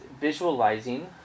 visualizing